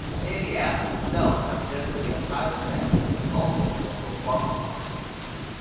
nay the ass itself, have generally a higher stature, and always a more robust constitution,